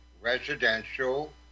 residential